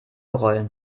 rollen